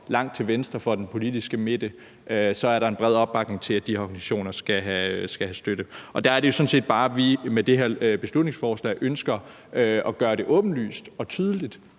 langt til venstre for den politiske midte – skal have støtte. Der er det jo sådan set bare, at vi med det her beslutningsforslag ønsker at gøre det åbenlyst og tydeligt